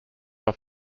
off